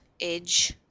edge